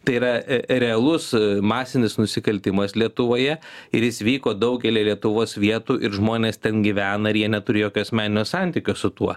tai yra realus masinis nusikaltimas lietuvoje ir jis vyko daugelyje lietuvos vietų ir žmonės ten gyvena ir jie neturi jokio asmeninio santykio su tuo